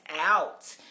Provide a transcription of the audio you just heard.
out